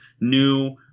new